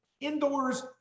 indoors